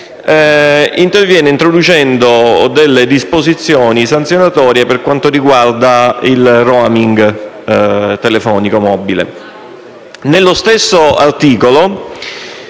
interviene introducendo disposizioni sanzionatorie per quanto riguarda il *roaming* telefonico mobile.